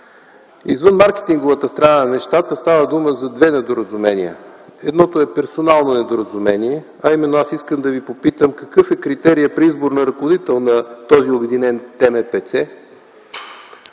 Извън маркетинговата страна на нещата, става дума за две недоразумения. Едното е персонално недоразумение, а именно аз искам да Ви попитам: какъв е критерият при избор на ръководител на този обединен ТМПЦ,